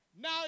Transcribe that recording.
Now